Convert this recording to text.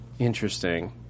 Interesting